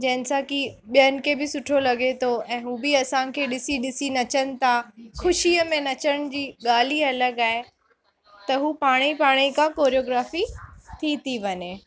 जंहिंसां की ॿियनि खे बि सुठो लॻे थो ऐं हू बि असांखे ॾिसी ॾिसी नचनि था ख़ुशीअ में नचण जी ॻाल्हि ई अलॻि आहे त हू पाण ई पाण ई का कोरियोग्राफी थी थी वञे